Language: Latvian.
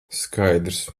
skaidrs